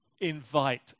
invite